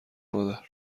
مادر